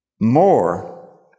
more